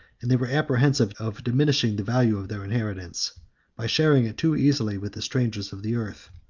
and they were apprehensive of diminishing the value of their inheritance by sharing it too easily with the strangers of the earth.